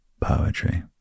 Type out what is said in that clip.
poetry